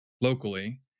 locally